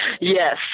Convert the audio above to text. Yes